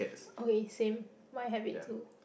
okay same mine have it too